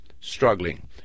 struggling